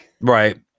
right